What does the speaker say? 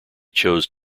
chose